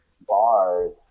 bars